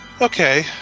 Okay